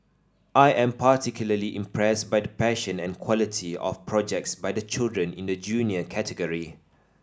I am particularly impressed by the passion and quality of projects by the children in the Junior category